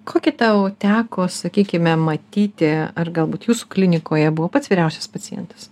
kokį tau teko sakykime matyti ar galbūt jūsų klinikoje buvo pats vyriausias pacientas